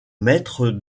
maître